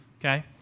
okay